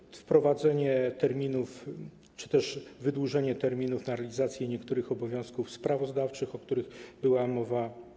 Jest to wprowadzenie terminów czy też wydłużenie terminów na realizację niektórych obowiązków sprawozdawczych, o których była mowa.